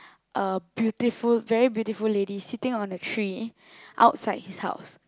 a beautiful very beautiful lady sitting on a tree outside his house